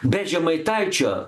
be žemaitaičio